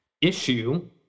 issue